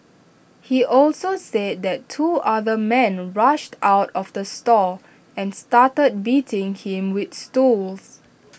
he also said that two other men rushed out of the store and started beating him with stools